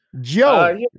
joe